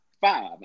five